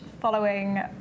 following